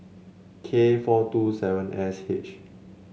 K four two seven S H